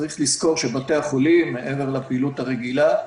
צריך לזכור שבתי החולים, מעבר לפעילות הרגילה,